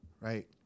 right